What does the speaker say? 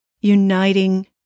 uniting